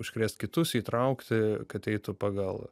užkrėst kitus įtraukti kad eitų pagal